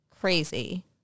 crazy